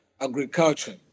agriculture